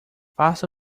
faça